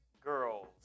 girls